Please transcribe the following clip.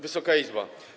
Wysoka Izbo!